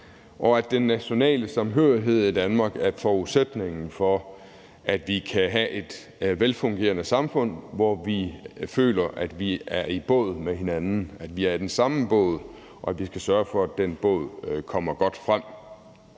og at den nationale samhørighed i Danmark er forudsætningen for, at vi kan have et velfungerende samfund, hvor vi føler, at vi er i den samme båd, og at vi skal sørge for, at den båd kommer godt frem.